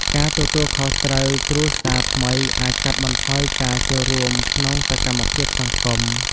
ការទទួលខុសត្រូវគ្រួសារថ្មីអាចកាត់បន្ថយការចូលរួមក្នុងសកម្មភាពសង្គម។